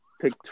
pick